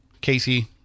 Casey